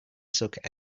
suck